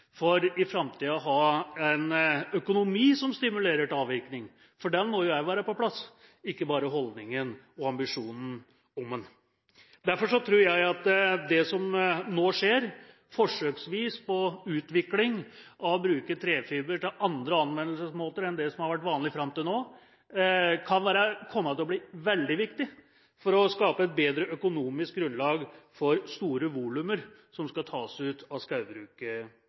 ha en økonomi som stimulerer til avvirkning i framtiden. For den må også være på plass, ikke bare holdningen og ambisjonen om den. Derfor tror jeg at det som nå skjer forsøksvis på utvikling når det gjelder å bruke trefiber på andre måter enn det som har vært vanlig fram til nå, kan komme til å bli veldig viktig for å skape et bedre økonomisk grunnlag for store volumer som skal tas ut av